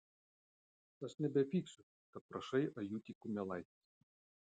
aš nebepyksiu kad prašai ajutį kumelaitės